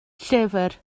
llyfr